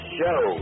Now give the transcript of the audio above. show